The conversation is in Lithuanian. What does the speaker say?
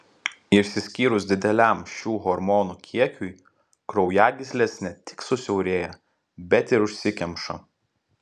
išsiskyrus dideliam šių hormonų kiekiui kraujagyslės ne tik susiaurėja bet ir užsikemša